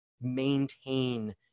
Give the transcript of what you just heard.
maintain